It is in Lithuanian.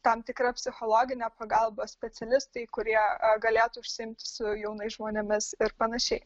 tam tikra psichologinė pagalba specialistai kurie galėtų užsiimti su jaunais žmonėmis ir panašiai